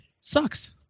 sucks